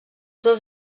dos